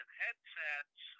headsets